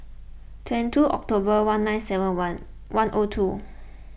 twenty two October one nine seven one one O two